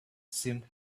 seemed